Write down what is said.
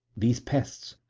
these pests,